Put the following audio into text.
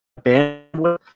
bandwidth